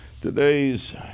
today's